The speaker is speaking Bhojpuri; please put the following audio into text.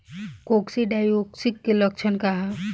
कोक्सीडायोसिस के लक्षण का ह?